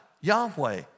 Yahweh